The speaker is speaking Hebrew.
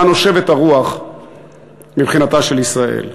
לאן נושבת הרוח מבחינתה של ישראל.